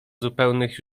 zupełnych